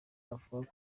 avuga